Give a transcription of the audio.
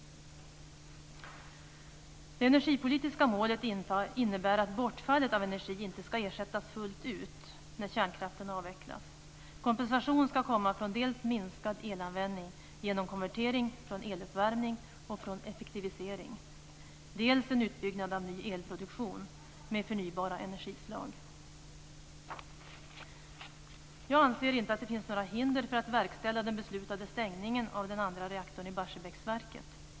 Det energipolitiska målet innebär att bortfallet av energi inte ska ersättas fullt ut när kärnkraften avvecklas. Kompensation ska komma från dels minskad elanvändning genom konvertering från eluppvärmning och från effektivisering, dels en utbyggnad av ny elproduktion med förnybara energislag. Jag anser inte att det finns några hinder för att verkställa den beslutade stängningen av den andra reaktorn i Barsebäcksverket.